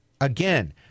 again